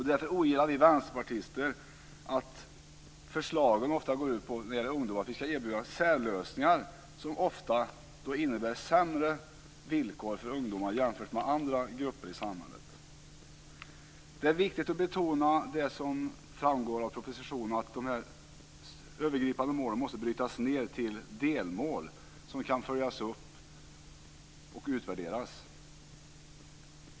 Därför ogillar vi vänsterpartister att förslagen när det gäller ungdomar ofta går ut på att de erbjuds särlösningar som innebär sämre villkor för dem jämfört med andra grupper i samhället. Det är viktigt att betona att det övergripande målen ska brytas ned till delmål som kan följas upp och utvärderas.